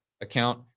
account